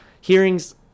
Hearings